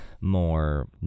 more